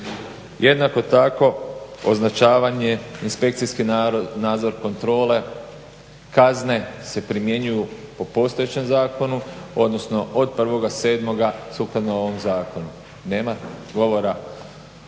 Jednako tako označavanje, inspekcijski nadzor, kontrole, kazne se primjenjuju po postojećem zakonu, odnosno od 1.07. sukladno ovom zakonu. Nema govora o